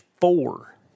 four